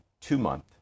two-month